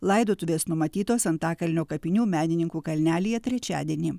laidotuvės numatytos antakalnio kapinių menininkų kalnelyje trečiadienį